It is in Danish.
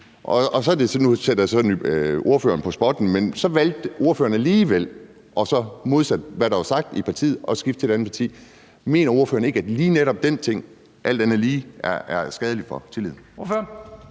jeg så spot på ordføreren: Men ordføreren valgte så alligevel – og modsat hvad der var sagt i partiet – at skifte til et andet parti. Mener ordføreren ikke, at lige netop den ting alt andet lige er skadeligt for tilliden? Kl.